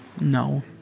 no